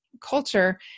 culture